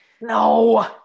No